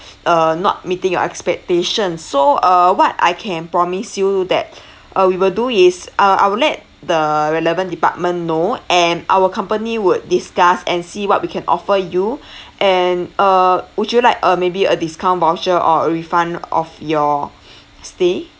err not meeting your expectation so err what I can promise you that uh we will do is uh I will let the relevant department know and our company would discuss and see what we can offer you and err would you like uh maybe a discount voucher or a refund of your stay